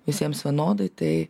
visiems vienodai tai